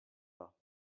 pas